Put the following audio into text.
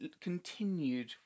continued